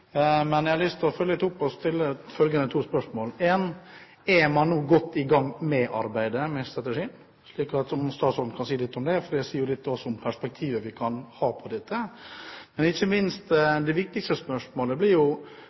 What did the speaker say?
Men jeg har lyst til å følge det litt opp og stille følgende to spørsmål: Spørsmål 1: Er man nå godt i gang med strategiarbeidet? Jeg lurer på om statsråden kan si litt om det, for det sier jo også litt om hvilket perspektiv vi kan ha når det gjelder dette. Men det viktigste er ikke minst